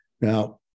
now